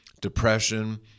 depression